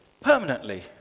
permanently